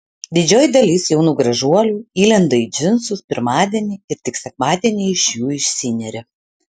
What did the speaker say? didžioji dalis jaunų gražuolių įlenda į džinsus pirmadienį ir tik sekmadienį iš jų išsineria